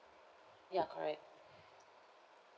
ya correct